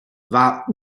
war